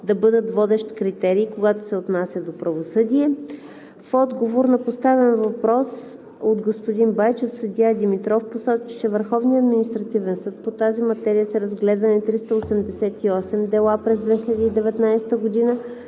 да бъдат водещ критерий, когато се отнася до правосъдие. В отговор на поставен въпрос от господин Байчев съдия Димитров посочи, че във Върховния административен съд (ВАС) по тази материя са разгледани 388 дела през 2019 г.